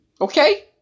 Okay